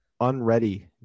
unready